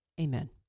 Amen